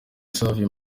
savio